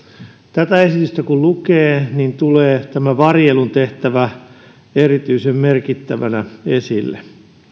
tätä esitystä kun lukee tulee tämä varjelun tehtävä erityisen merkittävänä esille